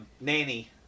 Nanny